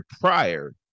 prior